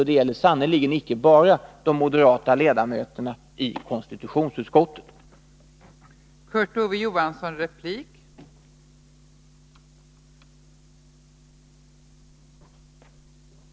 Det är sannerligen icke bara de moderata ledamöterna i konstitutionsutskottet som har denna uppfattning.